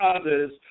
others